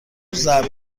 ضرب